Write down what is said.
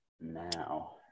now